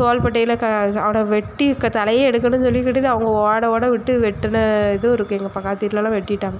தோள்பட்டையில் கா அவனை வெட்டி க தலையே எடுக்கணுன்னு சொல்லிக்கிட்டு அவங்க ஓட ஓட விட்டு வெட்டின இதுவும் இருக்கு எங்கள் பக்கத்து வீட்டில்லாம் வெட்டிட்டாங்க